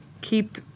keep